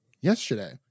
yesterday